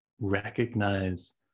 recognize